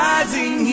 Rising